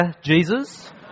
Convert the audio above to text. Jesus